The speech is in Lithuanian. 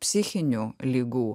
psichinių ligų